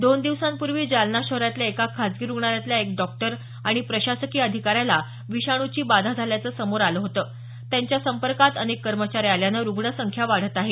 दोन दिवसांपूर्वी जालना शहरातल्या एका खासगी रूग्णालयातल्या एक डॉक्टर आणि प्रशासकीय अधिकाऱ्याला विषाणूची बाधा झाल्याचं समोर आलं होतं त्यांच्या संपर्कात अनेक कर्मचारी आल्याने रुग्ण संख्या वाढत आहे